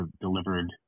delivered